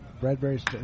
Bradbury's